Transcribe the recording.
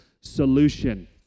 solution